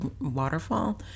waterfall